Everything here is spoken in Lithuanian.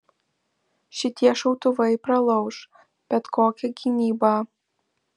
šitie šautuvai pralauš bet kokią gynybą